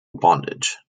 bondage